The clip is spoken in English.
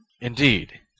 Indeed